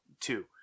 two